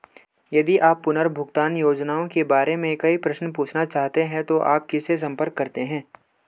यदि आप पुनर्भुगतान योजनाओं के बारे में कोई प्रश्न पूछना चाहते हैं तो आप किससे संपर्क करते हैं?